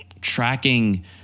Tracking